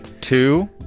Two